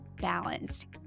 balanced